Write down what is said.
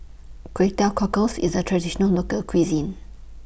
Kway Teow Cockles IS A Traditional Local Cuisine